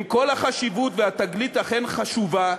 עם כל החשיבות, והתגלית אכן חשובה,